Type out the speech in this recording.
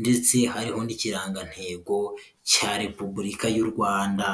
ndetse hariho n'ikirangantego cya repubulika y'u Rwanda.